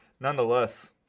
nonetheless